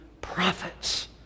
prophets